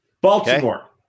Baltimore